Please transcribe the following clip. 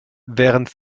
während